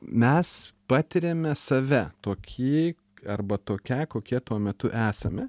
mes patiriame save tokį arba tokią kokie tuo metu esame